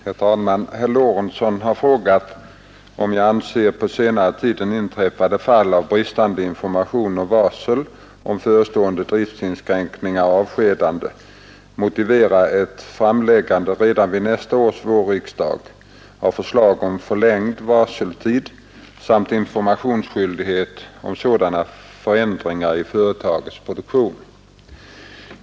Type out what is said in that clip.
Herr talman! Herr Lorentzon har frågat om jag anser på senare tid inträffade fall av bristande information och varsel om förestående driftinskränkningar och avskedanden motivera ett framläggande redan vid nästa års vårriksdag av förslag om förlängd varseltid samt informationsskyldighet om sådana förändringar i företagens produktion.